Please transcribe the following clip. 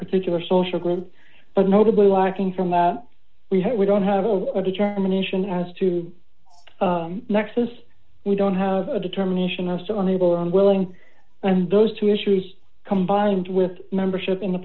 particular social group but notably lacking from that we had we don't have a determination as to nexus we don't have a determination are still unable or unwilling and those two issues combined with membership in the